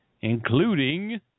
including